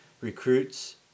recruits